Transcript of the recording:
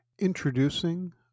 Introducing